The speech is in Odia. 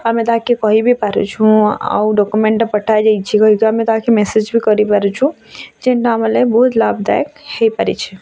ଆମେ ତାହାକେ କହିଁବି ପାରୁଛୁଁ ଆଉ ଡକ୍ୟୁମେଣ୍ଟଟା ପଠା ଯାଇଛି କହିକି ଆମେ ତାହାକେ ମେସେଜ୍ ବି କରିପାରୁଛୁଁ ଜେଣ୍ଟା ଆମର୍ ଲାଗି ବହୁତ୍ ଲାଭ୍ ଦାୟକ୍ ହେଇପାରିଛି